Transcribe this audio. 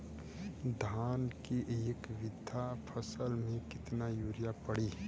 धान के एक बिघा फसल मे कितना यूरिया पड़ी?